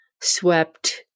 swept